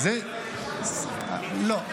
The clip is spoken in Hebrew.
לדחות בשלושה חודשים --- לא.